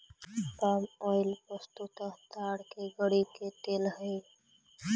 पाम oil वस्तुतः ताड़ के गड़ी के तेल हई